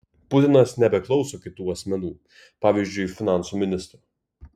putinas nebeklauso kitų asmenų pavyzdžiui finansų ministro